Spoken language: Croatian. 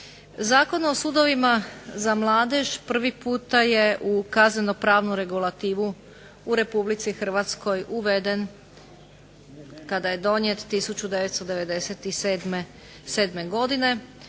Zakon o sudovima za mladež prvi puta je u kaznenopravnu regulativu u Republici Hrvatskoj uveden kada je donijet 1997. godine